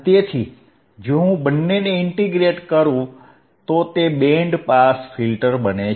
તેથી જો હું બંનેને ઇન્ટીગ્રેટ કરું તો તે બેન્ડ પાસ ફિલ્ટર બને છે